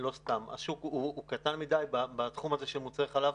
השוק קטן מדי בתחום הזה של מוצרי חלב.